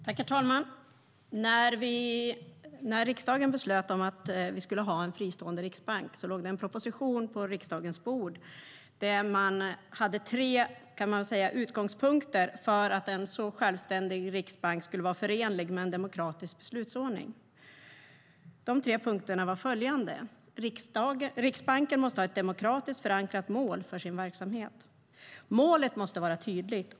Herr talman! När riksdagen beslutade att vi skulle ha en fristående riksbank låg det en proposition på riksdagens bord som hade tre utgångspunkter för att en självständig riksbank skulle vara förenlig med en demokratisk beslutsordning. De tre punkterna var följande: Riksbanken måste ha ett demokratiskt förankrat mål för sin verksamhet. Målet måste vara tydligt.